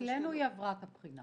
אצלנו היא עברה את הבחינה.